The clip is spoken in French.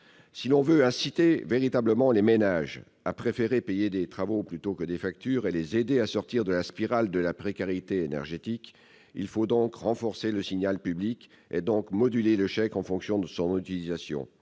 Si l'on veut inciter véritablement les ménages à préférer payer des travaux plutôt que des factures et les aider à sortir de la spirale de la précarité énergétique, il faut renforcer le signal public, et donc moduler le chèque en fonction de son utilisation.